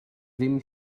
ddim